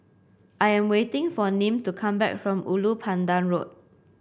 I am waiting for Nim to come back from Ulu Pandan Road